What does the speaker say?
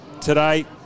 today